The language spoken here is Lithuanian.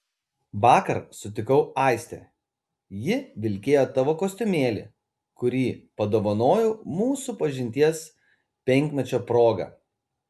vakar sutikau aistę ji vilkėjo tavo kostiumėlį kurį padovanojau mūsų pažinties penkmečio proga